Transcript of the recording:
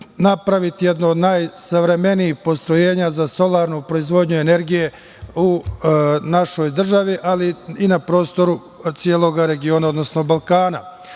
jedno od najsavremenijih postrojenja za solarnu proizvodnju energije u našoj državi, ali i na prostoru celoga regiona, odnosno Balkana. Isto